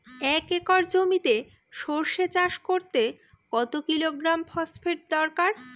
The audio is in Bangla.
এক একর জমিতে সরষে চাষ করতে কত কিলোগ্রাম ফসফেট দরকার?